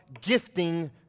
gifting